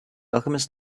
alchemist